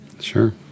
Sure